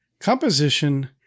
composition